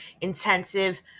intensive